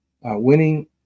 winning